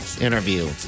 interview